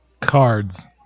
cards